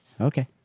Okay